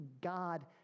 God